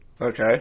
Okay